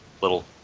little